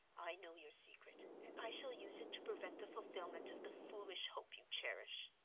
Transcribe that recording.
i know your secret, and i shall use it to prevent the fulfillment of the foolish hope you cherish.